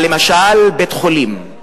אבל למשל בית-חולים,